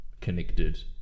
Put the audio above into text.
connected